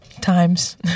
times